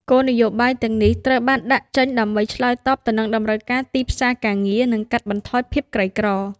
គោលនយោបាយទាំងនេះត្រូវបានដាក់ចេញដើម្បីឆ្លើយតបទៅនឹងតម្រូវការទីផ្សារការងារ និងកាត់បន្ថយភាពក្រីក្រ។